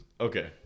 Okay